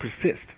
persist